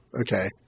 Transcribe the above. Okay